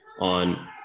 On